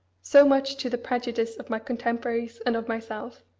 so much to the prejudice of my contemporaries and of myself.